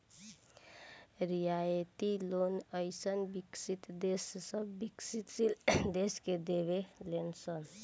रियायती लोन अइसे विकसित देश सब विकाशील देश के देवे ले सन